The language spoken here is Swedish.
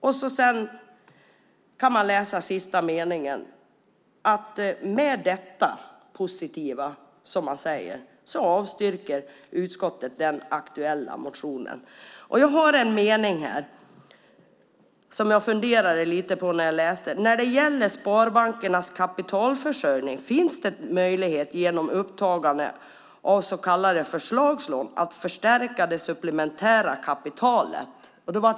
När man sedan läser sista meningen ser man att trots det positiva de säger avstyrker utskottet den aktuella motionen. Jag har en mening här som jag funderade lite på när jag läste den: "När det gäller sparbankernas kapitalförsörjning finns det möjligheter genom upptagande av s.k. förlagslån att förstärka det supplementära kapitalet."